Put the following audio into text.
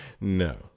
No